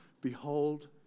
behold